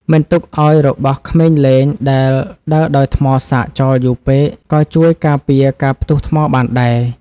មិនទុកឱ្យរបស់ក្មេងលេងដែលដើរដោយថ្មសាកចោលយូរពេកក៏ជួយការពារការផ្ទុះថ្មបានដែរ។